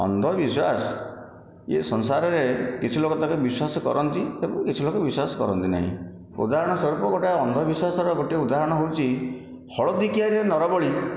ଅନ୍ଧବିଶ୍ୱାସ ଇଏ ସଂସାରରେ କିଛି ଲୋକ ତାକୁ ବିଶ୍ୱାସ କରନ୍ତି ଏବଂ କିଛି ଲୋକ ବିଶ୍ୱାସ କରନ୍ତି ନାହିଁ ଉଦାହରଣ ସ୍ୱରୂପ ଗୋଟିଏ ଅନ୍ଧବିଶ୍ୱାସର ଗୋଟିଏ ଉଦାହରଣ ହଉଛି ହଳଦୀ କିଆରୀରେ ନରବଳୀ